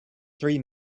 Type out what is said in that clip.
three